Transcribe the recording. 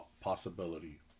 possibility